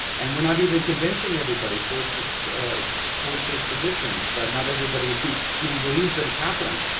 and we're not even convincing everybody towards towards those positions, is that not everybody even believes that it's happening.